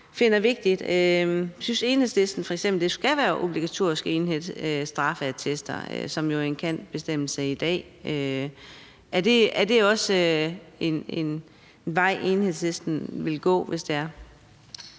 finder vigtige? Synes Enhedslisten f.eks., det skal være obligatorisk at indhente straffeattester, hvilket jo er en »kan«-bestemmelse i dag? Er det også en vej, Enhedslisten vil gå, hvis det er?